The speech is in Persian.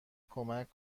کمک